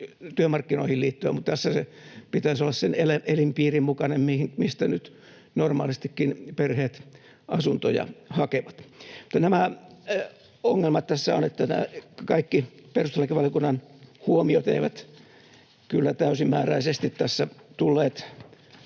työmarkkinoihin liittyen, mutta tässä sen pitäisi olla sen elinpiirin mukainen, mistä nyt normaalistikin perheet asuntoja hakevat. Nämä ongelmat tässä ovat, että nämä kaikki perustuslakivaliokunnan huomiot eivät kyllä täysimääräisesti tässä tulleet